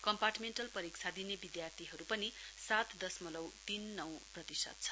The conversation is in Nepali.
कम्पार्टमेण्टल परीक्षा दिने विद्यार्थीहरू पनि सात दशमलउ तीन नौ प्रतिशत छ